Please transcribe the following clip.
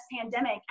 pandemic